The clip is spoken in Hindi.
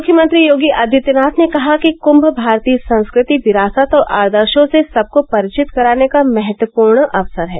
मुख्यमंत्री योगी आदित्यनाथ ने कहा कि कुंभ भारतीय संस्कृति विरासत और आदर्शो से सबको परिचित कराने का महत्वपूर्ण अवसर है